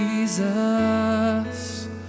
Jesus